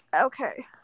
Okay